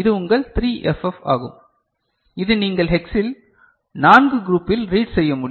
இது உங்கள் 3FF ஆகும் இது நீங்கள் ஹெக்ஸில் 4 குரூப்பில் ரீட் செய்ய முடியும்